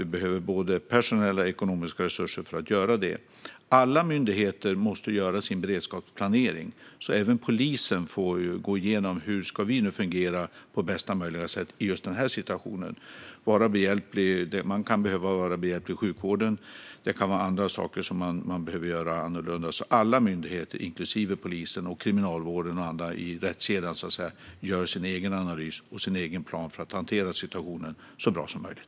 Vi behöver både personella och ekonomiska resurser för att göra det. Alla myndigheter måste göra sin beredskapsplanering. Även polisen får gå igenom: Hur ska vi nu fungera på bästa möjliga sätt i just den här situationen? Man kan behöva vara behjälplig i sjukvården. Det kan vara andra saker som man behöver göra annorlunda. Alla myndigheter, inklusive polisen, Kriminalvården och andra i rättskedjan gör sin egen analys och sin egen plan för att hantera situationen så bra som möjligt.